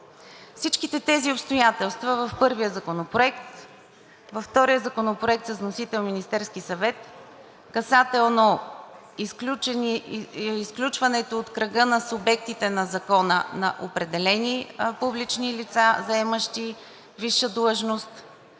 Всичките тези обстоятелства в първия законопроект. Във втория законопроект с вносител Министерския съвет, касателно изключването от кръга на субектите на Закона на определени публични лица, заемащи висша длъжност,